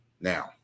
Now